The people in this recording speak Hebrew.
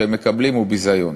שהם מקבלים הוא ביזיון.